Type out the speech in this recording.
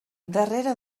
darrere